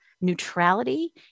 neutrality